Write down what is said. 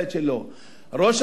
לו צריך להיהרס הבית.